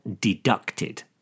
deducted